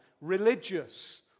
religious